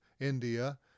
India